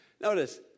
Notice